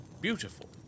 beautiful